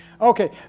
Okay